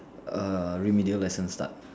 err remedial lesson start